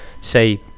say